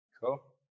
Cool